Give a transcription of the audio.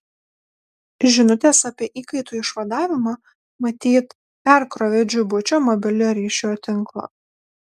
žinutės apie įkaitų išvadavimą matyt perkrovė džibučio mobiliojo ryšio tinklą